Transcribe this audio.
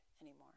anymore